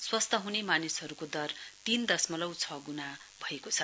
स्वस्थ हुने मानिसहरूको दर तीन दशमलउ छ गुणा भएको छ